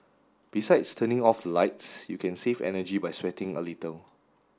besides turning off the lights you can save energy by sweating a little